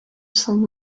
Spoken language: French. sainte